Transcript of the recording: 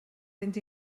fynd